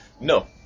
No